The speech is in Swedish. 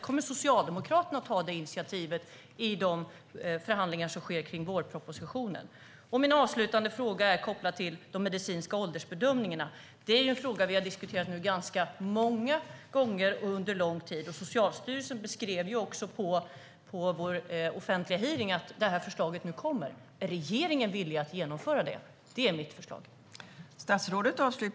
Kommer Socialdemokraterna att ta det initiativet i de förhandlingar som sker kring vårpropositionen? Min avslutande fråga handlar om de medicinska åldersbedömningarna. Det är en fråga som vi har diskuterat ganska många gånger och under lång tid. Socialstyrelsen beskrev på vår offentliga hearing att det här förslaget nu kommer. Är regeringen villig att genomföra det?